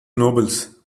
nobles